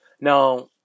Now